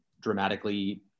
dramatically